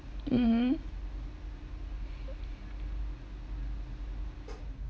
mm mm